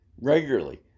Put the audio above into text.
regularly